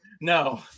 no